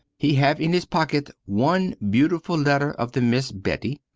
he have in his pocket one beautiful letter of the miss betty.